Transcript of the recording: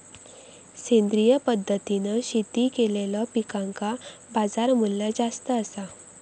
सेंद्रिय पद्धतीने शेती केलेलो पिकांका बाजारमूल्य जास्त आसा